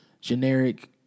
generic